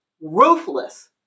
ruthless